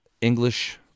english